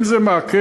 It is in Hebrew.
אם זה מעכב,